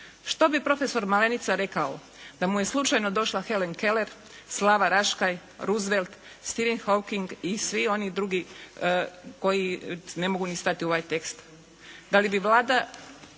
Što bi profesor Malenica rekao da mu je slučajno došla Helen Keller, Slava Raškaj, Roosvelt, …/Govornik se ne razumije./… i svi oni drugi koji ne mogu ni stati u ovaj tekst. Da li bi Vlada